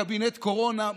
קבינט קורונה,